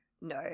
no